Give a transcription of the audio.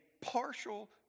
partial